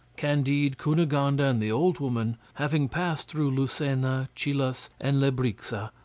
candide, cunegonde, and the old woman, having passed through lucena, chillas, and lebrixa,